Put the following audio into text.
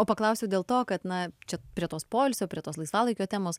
o paklausiau dėl to kad na čia prie tos poilsio prie tos laisvalaikio temos